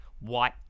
White